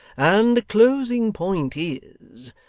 and the closing point is,